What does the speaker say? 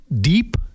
deep